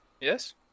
Yes